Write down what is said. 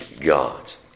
God's